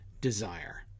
desire